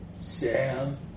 Sam